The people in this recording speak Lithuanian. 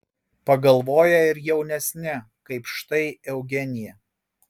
pagalvoja ir jaunesni kaip štai eugenija